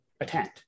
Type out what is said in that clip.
attend